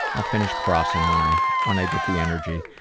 i'll finish crossing when i, when i get the energy.